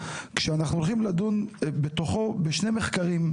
כשאנחנו הולכים לדון בתוכו בשני מחקרים,